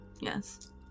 yes